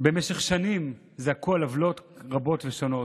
במשך שנים זעקו על עוולות רבות ושונות,